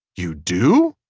you do.